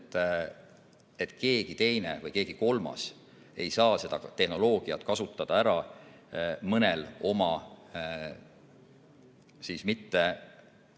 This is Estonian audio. et keegi teine või keegi kolmas ei saa seda tehnoloogiat kasutada mõnel mitteõigel